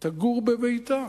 תגור בביתה.